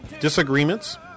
disagreements